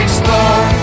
Explore